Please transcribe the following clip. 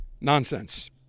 Nonsense